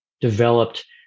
developed